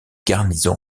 garnison